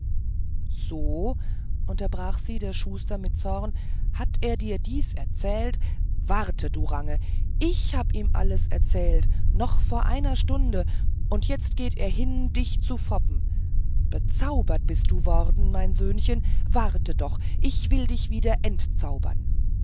so unterbrach sie der schuster mit zorn hat er dir dies erzählt warte du range ich habe ihm alles erzählt noch vor einer stunde und jetzt geht er hin dich so zu foppen bezaubert bist du worden mein söhnchen warte doch ich will dich wieder entzaubern